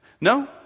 No